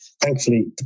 Thankfully